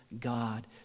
God